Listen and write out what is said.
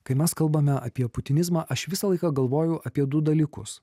kai mes kalbame apie putinizmą aš visą laiką galvoju apie du dalykus